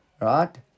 Right